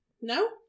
no